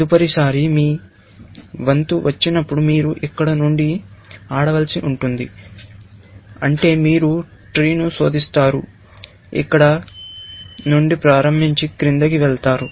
తదుపరిసారి మీ వంతు వచ్చినప్పుడు మీరు ఇక్కడ నుండి ఆడవలసి ఉంటుంది అంటే మీరు ట్రీను శోధిస్తారు ఇక్కడ నుండి ప్రారంభించి క్రిందికి వెళతారు